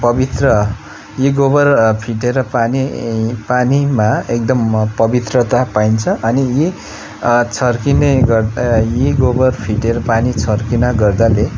पवित्र यी गोबर फिटेर पानी पानीमा एकदम पवित्रता पाइन्छ अनि यी छर्किने यी गोबर फिटेर पानी छर्किन गर्दाले